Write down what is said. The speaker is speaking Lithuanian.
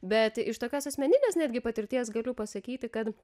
bet iš tokios asmeninės netgi patirties galiu pasakyti kad